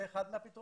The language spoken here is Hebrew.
זה אחד מהפתרונות.